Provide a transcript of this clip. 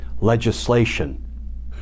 legislation